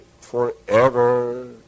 forever